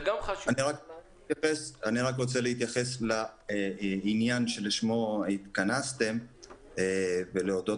אני רק רוצה להתייחס לעניין שלשמו התכנסתם ולהודות,